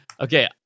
Okay